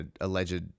alleged